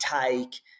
take